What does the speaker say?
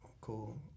cool